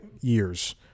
years